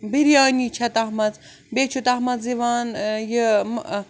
بِریانی چھےٚ تَتھ منٛز بیٚیہِ چھُ تَتھ منٛز یِوان یہِ